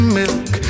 milk